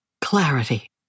Clarity